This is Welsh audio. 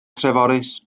treforys